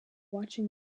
watching